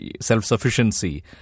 self-sufficiency